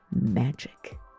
magic